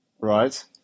Right